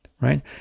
Right